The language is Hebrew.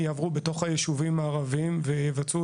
יעברו בתוך היישובים הערבים ויבצעו